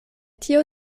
tio